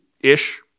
ish